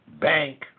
bank